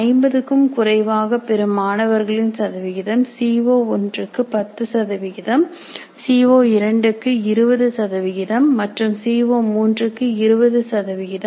50க்கும் குறைவாக பெறும் மாணவர்களின் சதவிகிதம் CO1 க்கு 10 சதவிகிதம் co2 க்கு 20 சதவிகிதம் மற்றும் co3 க்கு 20 சதவிகிதம்